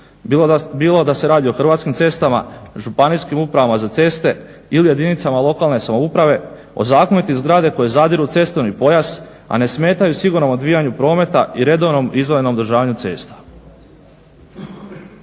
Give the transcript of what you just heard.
bilo da se radi o Hrvatskim cestama, županijskim upravama za ceste ili jedinicama lokalne samouprave. Ozakoniti zgrade koje zadiru u cestovni pojas, a ne smetaju sigurnom odvijanju prometa i redovnom izdvojenom održavanju cesta.